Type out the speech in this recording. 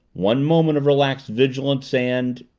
one moment of relaxed vigilance and